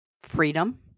freedom